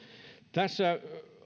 tässä